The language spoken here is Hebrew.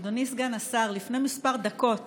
אדוני סגן השר, לפני כמה דקות